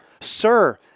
Sir